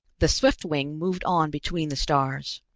the swiftwing moved on between the stars.